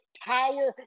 power